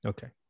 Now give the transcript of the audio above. Okay